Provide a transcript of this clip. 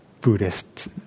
Buddhist